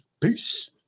Peace